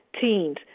teens